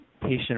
patient